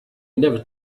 never